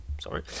sorry